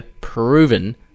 proven